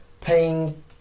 paying